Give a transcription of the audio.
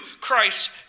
Christ